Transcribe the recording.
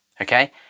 okay